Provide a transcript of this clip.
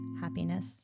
happiness